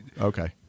Okay